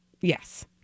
yes